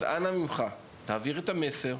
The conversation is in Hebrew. אז אנא ממך, תעביר את המסר,